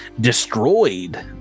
destroyed